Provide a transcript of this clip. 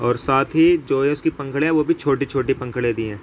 اور ساتھ ہی جو ہے اس کی پنکھڑیاں وہ بھی چھوٹی چھوٹی پنکھڑیاں دی ہیں